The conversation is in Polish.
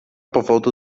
powodu